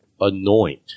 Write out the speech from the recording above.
anoint